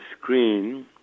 screen